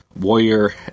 Warrior